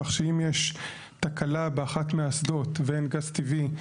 כך שאם יש תקלה באחת מהאסדות ואין גז טבעי,